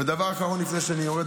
ודבר אחרון לפני שאני יורד.